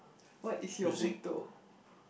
what is your motto